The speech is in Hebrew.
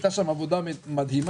נעשתה שם עבודה מדהימה,